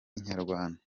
inyarwanda